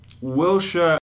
Wilshire